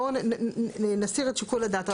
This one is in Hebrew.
בואו נסיר את שיקול הדעת.